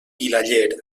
vilaller